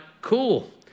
cool